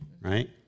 Right